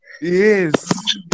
Yes